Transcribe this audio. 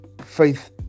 Faith